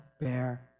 bear